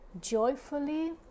joyfully